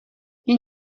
این